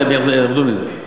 הם ירדו מזה.